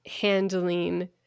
handling